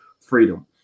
freedom